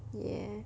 ya